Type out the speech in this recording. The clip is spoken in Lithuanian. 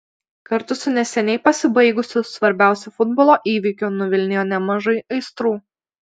kartu su neseniai pasibaigusiu svarbiausiu futbolo įvykiu nuvilnijo nemažai aistrų